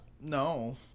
No